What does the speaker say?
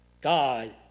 God